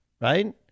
right